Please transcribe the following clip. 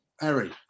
Harry